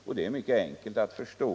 Det är också mycket enkelt att förstå.